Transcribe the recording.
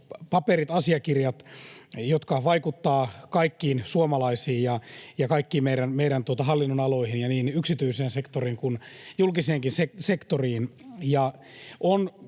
paperit ja asiakirjat, jotka vaikuttavat kaikkiin suomalaisiin ja kaikkiin meidän hallinnonaloihin ja niin yksityiseen sektoriin kuin julkiseenkin sektoriin.